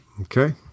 Okay